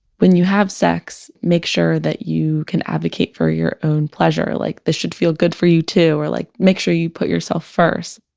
when you have sex, make sure that you can advocate for your own pleasure, like, this should feel good for you too or like, make sure you put yourself first.